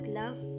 love